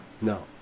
No